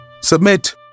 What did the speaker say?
Submit